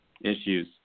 issues